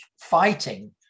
fighting